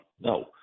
No